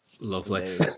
lovely